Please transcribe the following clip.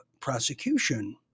prosecution